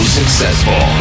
successful